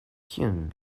kiun